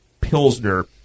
Pilsner